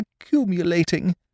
accumulating